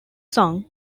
sung